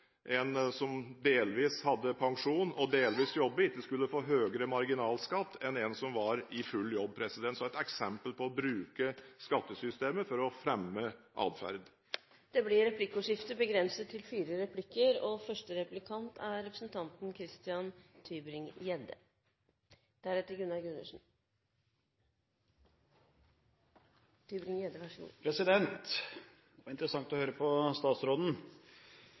en som delvis hadde pensjon, og delvis jobbet, ikke skulle få høyere marginalskatt enn en som var i full jobb – et eksempel på å bruke skattesystemet for å fremme atferd. Det blir replikkordskifte. Det var interessant å høre på statsråden. De fleste skatter og avgifter påvirker atferd, sa han innledningsvis. Altså, dynamiske skatteeffekter finnes – det